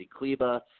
Kleba